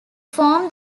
form